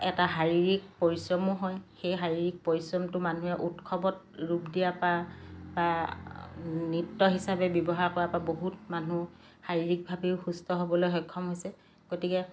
এটা শাৰীৰিক পৰিশ্ৰমো হয় সেই শাৰীৰিক পৰিশ্ৰমটো মানুহে উৎসৱত ৰূপ দিয়াৰ পৰা বা নৃত্য হিচাপে ব্যৱহাৰ কৰাৰপা বহুত মানুহ শাৰীৰিকভাৱেও সুস্থ হ'বলৈ সক্ষম হৈছে গতিকে